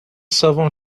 savants